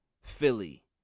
Philly